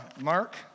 Mark